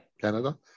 Canada